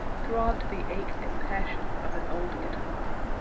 throbbed the ache and passion of an old guitar.